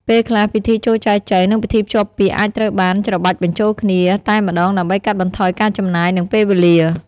ពេលខ្លះ ពិធីចូលចែចូវ និងពិធីភ្ជាប់ពាក្យអាចត្រូវបាន ច្របាច់បញ្ចូលគ្នា តែម្ដងដើម្បីកាត់បន្ថយការចំណាយ និងពេលវេលា។